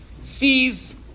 sees